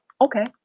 Okay